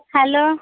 hello